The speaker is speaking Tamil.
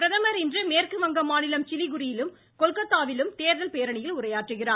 பிரதமர் இன்று மேற்கு வங்க மாநிலம் சிலிகுரியிலும் கொல்கத்தாவிலும் பிரதமர் தேர்தல் பேரணியில் உரையாற்றுகிறார்